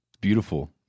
beautiful